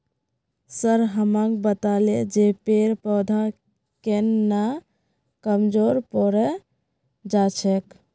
sir हमाक बताले जे पेड़ पौधा केन न कमजोर पोरे जा छेक